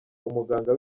umuganga